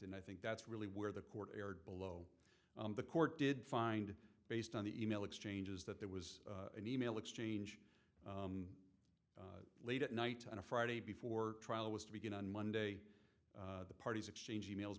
and i think that's really where the court erred below the court did find based on the e mail exchanges that there was an e mail exchange late at night on a friday before trial was to begin on monday the parties exchanged e mails